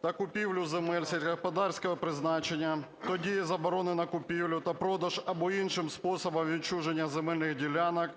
та купівлю земель сільськогосподарського призначення, то дія заборони на купівлю та продаж або іншим способом відчуження земельних ділянок,